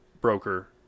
broker